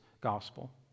gospel